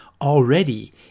already